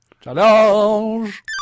Challenge